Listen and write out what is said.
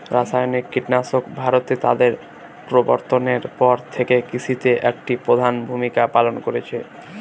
রাসায়নিক কীটনাশক ভারতে তাদের প্রবর্তনের পর থেকে কৃষিতে একটি প্রধান ভূমিকা পালন করেছে